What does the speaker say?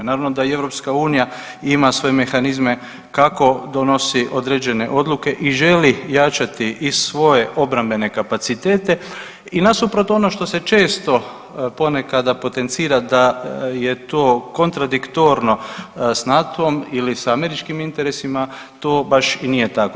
Naravno da i EU ima svoje mehanizme kako donosi određene odluke i želi jačati i svoje obrambene kapacitete i nasuprot ono što se često ponekada potencira da je to kontradiktorno s NATO-om ili sa američkim interesima to baš i nije tako.